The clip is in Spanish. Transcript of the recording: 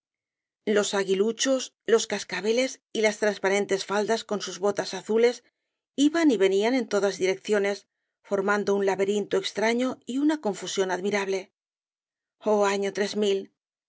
los aguiluchos los cascabeles y las transparentes faldas con sus botas azules iban y venían en todas direcciones formando un laberinto extraño y una confusión admirable oh año tú no